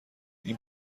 این